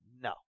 No